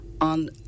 on